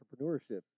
entrepreneurship